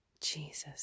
Jesus